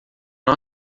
não